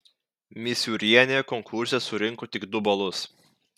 misiūrienė konkurse surinko tik du balus